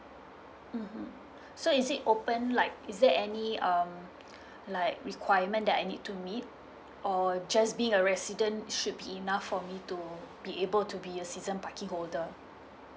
mmhmm so is it open like is there any um like requirement that I need to meet or just being a resident should be enough for me to be able to be a season parking holder